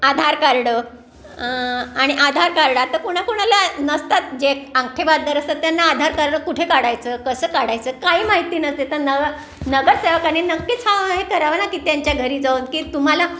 आधार card आणि Aadhaar card आता कोणाकुणाला नसतात जे अंगठेबहाद्दर असतात त्यांना आधार कार्ड कुठे काढायचं कसं काढायचं काही माहिती नसते तर न नगरसेवकाने नक्कीच हा हे करावं ना की त्यांच्या घरी जाऊन की तुम्हाला